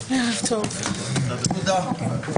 תודה.